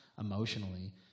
emotionally